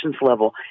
level